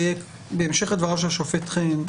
בהמשך לדבריו של השופט חן,